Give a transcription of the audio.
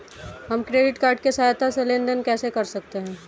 हम credit card की सहायता से लेन देन कैसे कर सकते हैं?